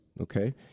okay